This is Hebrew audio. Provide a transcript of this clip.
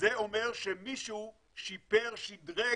זה אומר שמישהו שיפר, שדרג,